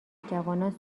جوانان